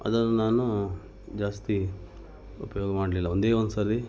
ಅದನ್ನು ನಾನು ಜಾಸ್ತಿ ಉಪಯೋಗ ಮಾಡಲಿಲ್ಲ ಒಂದೇ ಒಂದು ಸಾರಿ